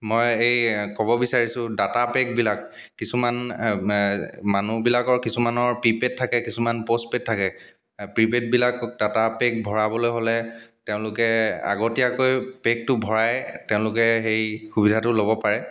মই এই ক'ব বিচাৰিছোঁ ডাটা পেকবিলাক কিছুমান মানুহবিলাকৰ কিছুমানৰ প্ৰিপেইড থাকে কিছুমান প'ষ্টপেইড থাকে প্ৰিপেইডবিলাক ডাটা পেক ভৰাবলৈ হ'লে তেওঁলোকে আগতীয়াকৈ পেকটো ভৰাই তেওঁলোকে সেই সুবিধাটো ল'ব পাৰে